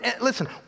Listen